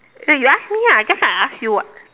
then you ask me ah just now I ask you [what]